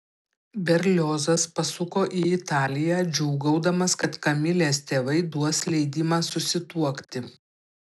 berliozas pasuko į italiją džiūgaudamas kad kamilės tėvai duos leidimą susituokti